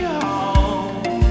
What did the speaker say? home